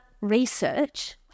research